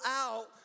out